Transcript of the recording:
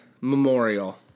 Memorial